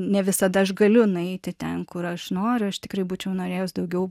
ne visada aš galiu nueiti ten kur aš noriu aš tikrai būčiau norėjus daugiau